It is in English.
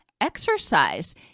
exercise